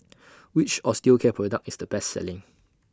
Which Osteocare Product IS The Best Selling